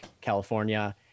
California